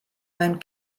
mewn